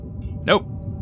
Nope